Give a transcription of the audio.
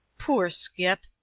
poor scip!